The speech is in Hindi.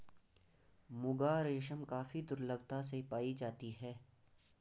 मुगा रेशम काफी दुर्लभता से पाई जाती है